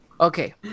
Okay